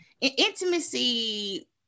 intimacy